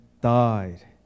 died